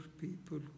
people